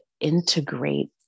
integrate